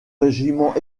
régiment